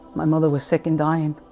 my mother was sick and dying